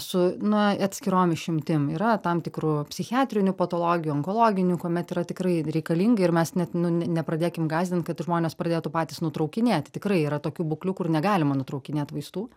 su na atskirom išimtim yra tam tikrų psichiatrinių patologijų onkologinių kuomet yra tikrai reikalinga ir mes net nu ne nepradėkim gąsdint kad žmonės pradėtų patys nutraukinėt tikrai yra tokių būklių kur negalima nutraukinėt vaistų